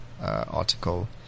article